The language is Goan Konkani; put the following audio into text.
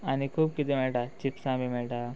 आनी खूब कितें मेळटा चिप्सां बी मेळटा